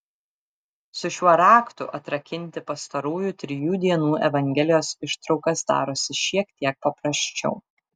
su šiuo raktu atrakinti pastarųjų trijų dienų evangelijos ištraukas darosi šiek tiek paprasčiau